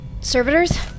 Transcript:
Servitors